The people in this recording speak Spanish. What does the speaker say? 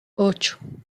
ocho